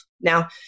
Now